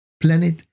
planet